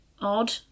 odd